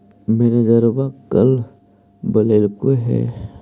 मैनेजरवा कल बोलैलके है?